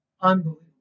Unbelievable